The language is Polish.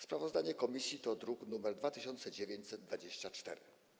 Sprawozdanie komisji to druk nr 2924.